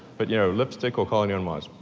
but you know lipstick or colony on mars?